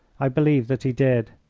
i believe that he did.